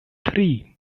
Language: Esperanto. tri